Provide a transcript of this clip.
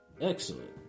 Excellent